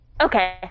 Okay